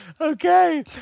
Okay